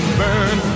burn